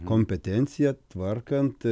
kompetencija tvarkant